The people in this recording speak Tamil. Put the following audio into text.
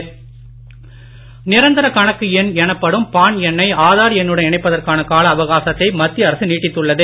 பான் கார்டு நிரந்தர கணக்கு எண் எனப்படும் பான் எண்ணை ஆதார் எண்ணுடன் இணைப்பதற்கான கால அவகாசத்தை மத்திய அரசு நீட்டித்துள்ளது